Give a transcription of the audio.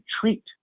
treat